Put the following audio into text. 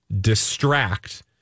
distract